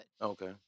Okay